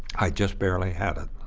i just barely had it.